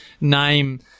name